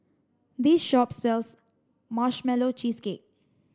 this shop sells marshmallow cheesecake